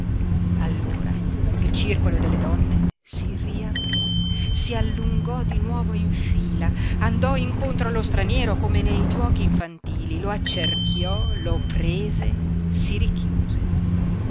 allora il circolo delle donne si riaprí si allungò di nuovo in fila andò incontro allo straniero come nei giuochi infantili lo accerchiò lo prese si richiuse